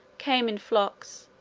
came in flocks,